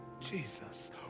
Jesus